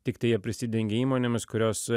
tiktai jie prisidengia įmonėmis kurios